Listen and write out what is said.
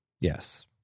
Yes